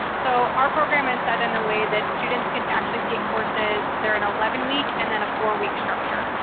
so our program is set in a way that students can actually take courses. they're in an eleven week and then a four week structure.